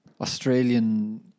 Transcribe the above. Australian